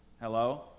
Hello